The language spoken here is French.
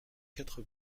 quatre